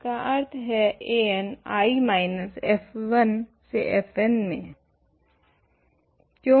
इसका अर्थ है an I माइनस f1 से fn में